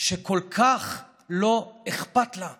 שכל כך לא אכפת לה מהעם.